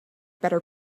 better